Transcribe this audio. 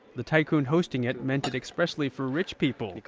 the tycoon hosting it meant it expressly for rich people,